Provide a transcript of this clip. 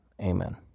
amen